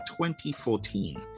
2014